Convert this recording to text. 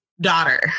daughter